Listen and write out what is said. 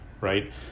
right